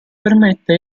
permette